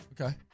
Okay